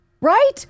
right